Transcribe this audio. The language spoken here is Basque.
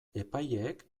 epaileek